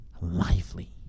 lively